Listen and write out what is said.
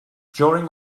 during